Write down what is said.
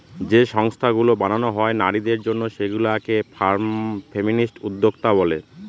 যে সংস্থাগুলো বানানো হয় নারীদের জন্য সেগুলা কে ফেমিনিস্ট উদ্যোক্তা বলে